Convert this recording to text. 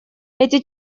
эти